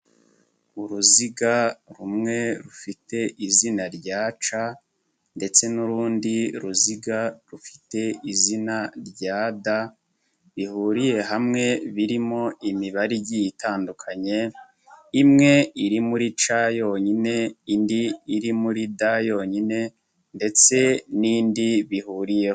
Uruziga rumwe rufite izina rya C ndetse n'urundi ruziga rufite izina rya D bihuriye hamwe, birimo imibare igiye itandukanye, imwe iri muri C yonyine, indi iri muri D yonyine ndetse n'indi bihuriyeho.